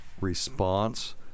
response